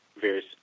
various